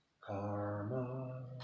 karma